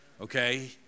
Okay